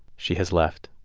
she has left.